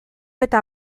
eta